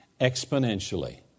exponentially